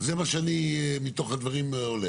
זה מה שמתוך הדברים עולה,